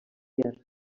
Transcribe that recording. guerra